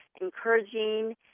encouraging